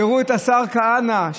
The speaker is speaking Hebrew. תראו את השר כהנא,